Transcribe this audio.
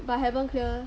but haven't clear